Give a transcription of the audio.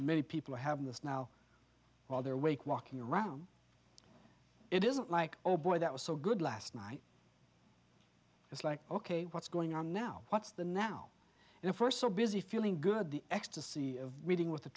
many people have this now while they're awake walking around it isn't like oh boy that was so good last night it's like ok what's going on now what's the now and if we're so busy feeling good the ecstasy of meeting with a